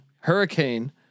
Hurricane